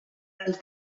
els